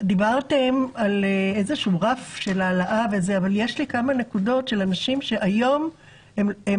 דיברתם על איזה רף של העלאה אבל יש לי כמה נקודות של אנשים שהיום לא